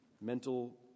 mental